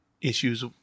issues